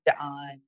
on